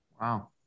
Wow